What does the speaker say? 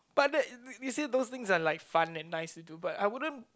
but that that uh you see those things are like fun and nice to do but I wouldn't